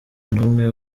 n’umwe